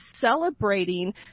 celebrating